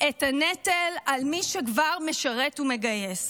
את הנטל על מי שכבר משרת ומגייס.